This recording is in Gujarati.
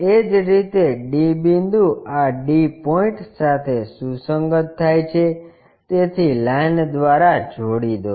એ જ રીતે d બિંદુ આ d પોઇન્ટ સાથે સુસંગત થાય છે તેથી લાઈન દ્વારા જોડી દો